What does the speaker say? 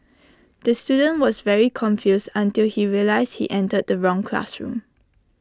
the student was very confused until he realised he entered the wrong classroom